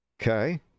Okay